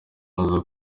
aza